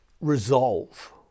resolve